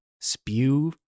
spew